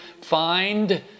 find